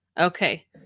Okay